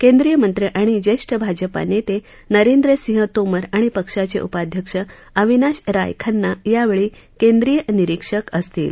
केंद्रीय मंत्री आणि ज्येष्ठ भाजपा नेते नरेंद्र सिंह तोमर आणि पक्षाचे उपाध्यक्ष अविनाश राय खन्ना यावेळी केंद्रीय निरीक्षक असतील